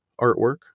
artwork